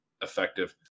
effective